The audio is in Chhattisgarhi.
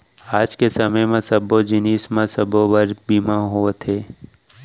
आज के समे म सब्बो जिनिस म सबो बर बीमा होवथे